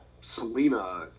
Selena